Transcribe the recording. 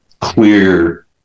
clear